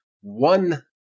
one